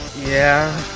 yeah.